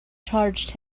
charged